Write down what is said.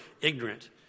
ignorant